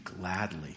gladly